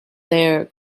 there